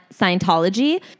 Scientology